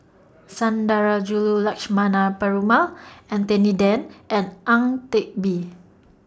Sundarajulu Lakshmana Perumal Anthony Then and Ang Teck Bee